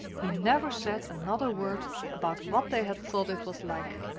he never said another word about what they had thought it was like.